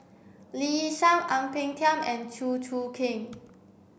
Lee Yi Shyan Ang Peng Tiam and Chew Choo Keng